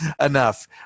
enough